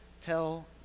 tell